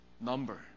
number